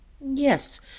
Yes